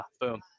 boom